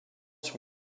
sur